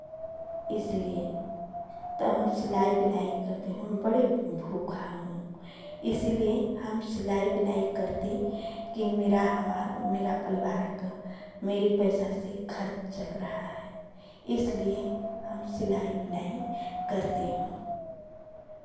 इसलिए तो हम सिलाई बुनाई करते हैं हम बड़ी भूखा हूँ इसीलिए हम सिलाई बुनाई करती कि मेरा हमारा मेरा परिवार का मेरे पैसा से खर्च चल रहा है इसलिए हम सिलाई बुनाई करती हूँ